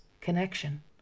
connection